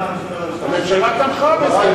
הממשלה תמכה בזה.